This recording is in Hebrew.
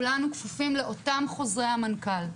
כולנו כפופים לאותם חוזרי המנכ"ל.